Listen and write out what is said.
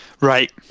right